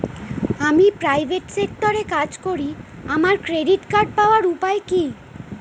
আমি প্রাইভেট সেক্টরে কাজ করি আমার ক্রেডিট কার্ড পাওয়ার উপায় কি?